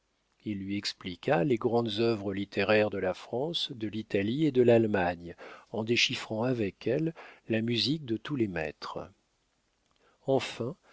il lui expliqua les grandes œuvres littéraires de la france de l'italie et de l'allemagne en déchiffrant avec elle la musique de tous les maîtres enfin